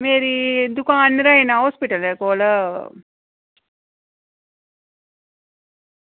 मेरी दुकान नारायणा हॉस्पिटल कोल